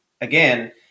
again